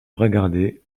regarder